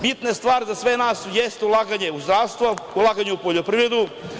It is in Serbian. Bitna stvar za sve nas, jeste ulaganje u zdravstvo, ulaganje u poljoprivredu.